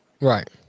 right